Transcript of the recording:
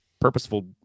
purposeful